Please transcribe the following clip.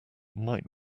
might